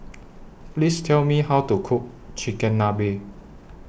Please Tell Me How to Cook Chigenabe